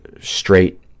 straight